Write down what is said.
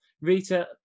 Rita